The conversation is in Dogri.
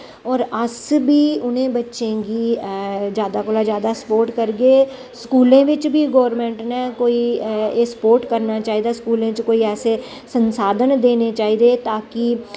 होर अस बी उ'नें बच्चें गी जादा कोला जादा स्पोर्ट करगे स्कूलें बिच बी गौरमेंट ने कोई एह् स्पोर्ट करना चाहिदा स्कूलें च कोई ऐसे संसाधन देने चाहिदे ताकि